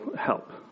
help